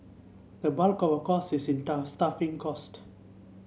the bulk of our cost is in staffing cost